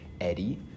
Eddie